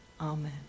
Amen